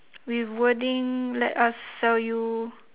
with wording let us sell you